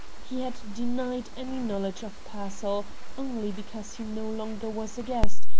he had denied any knowledge of pearsall only because he no longer was a guest,